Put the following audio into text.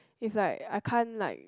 if like I can't like